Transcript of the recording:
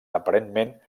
aparentment